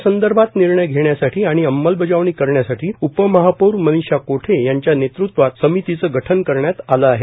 यासंदर्भात निर्णय घेण्यासाठी आणि अंमलबजावणी करण्यासाठी उपमहापौर मनीषा कोठे यांच्या नेतृत्वात समितीचे गठन करण्यात आले आहे